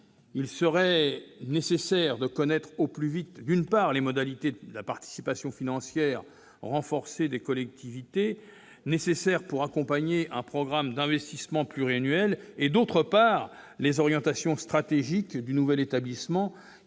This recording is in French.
Il serait nécessaire de connaître au plus vite, d'une part, les modalités de la participation financière renforcée des collectivités, participation requise pour accompagner un programme d'investissement pluriannuel, et, d'autre part, les orientations stratégiques du nouvel établissement,